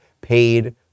paid